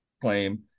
claim